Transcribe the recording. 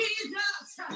Jesus